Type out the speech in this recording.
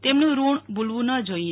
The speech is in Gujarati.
તેમનું ઋણ ભુલવું ન જોઇએ